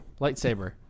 lightsaber